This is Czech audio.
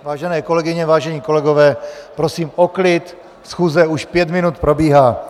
Vážené kolegyně, vážení kolegové, prosím o klid, schůze už pět minut probíhá.